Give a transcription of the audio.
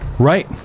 Right